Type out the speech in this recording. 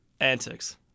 antics